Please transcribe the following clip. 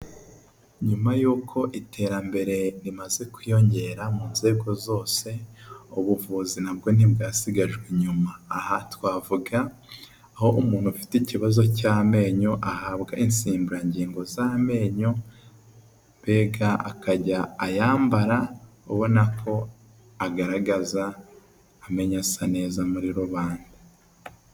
Nyuma yuko iterambere rimaze kwiyongera mu nzego zose ubuvuzi nabwo ntibwasigajwe inyuma, aha twavuga aho umuntu afite ikibazo cy'amenyo ahabwa insimburangingo z'amenyo, mbega akajya ayambara ubona ko agaragaza amenyo asa neza muri rubanda.